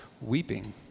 weeping